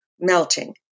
melting